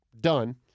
done